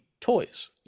toys